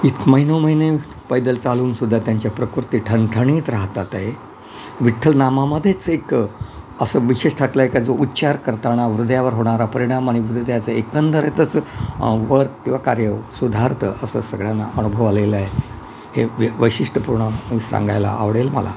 इथं महिनोनमहिने पैदल चालवूनसुद्धा त्यांच्या प्रकृती ठणठणीत राहतात आहे विठ्ठल नामामध्येच एक असं विशेष टाकलं आहे का जो उच्चार करताना हृदयावर होणारा परिणाम आणि हृदयाचं एकंदरीतच वर्क किंवा कार्य सुधारतं असं सगळ्यांना अनुभव आलेला आहे हे व वैशिष्ट्यपूर्ण मग सांगायला आवडेल मला